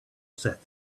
sat